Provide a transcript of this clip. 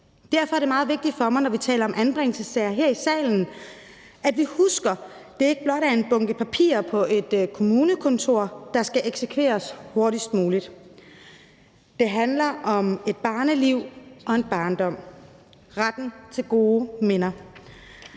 Derfor er det meget vigtigt for mig, når vi taler om anbringelsessager, at vi her i salen husker, at det ikke blot handler om en bunke papirer på et kommunekontor, der skal eksekveres hurtigst muligt. Det handler om et barneliv og en barndom, retten til gode minder.